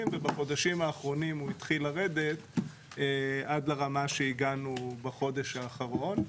ובחודשים האחרונים הוא התחיל לרדת על לרמה שהגענו בחודש האחרון.